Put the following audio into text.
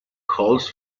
calls